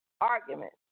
argument